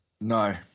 No